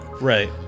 right